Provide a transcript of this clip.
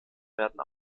werden